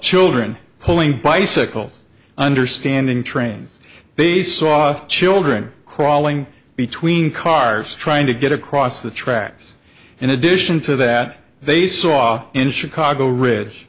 children pulling bicycles understanding trains they saw children crawling between cars trying to get across the tracks in addition to that they saw in chicago ri